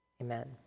amen